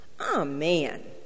Amen